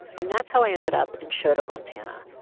and that's how i ended up in choteau, mont, and